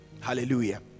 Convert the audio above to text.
Hallelujah